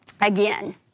again